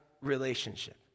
relationship